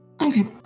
Okay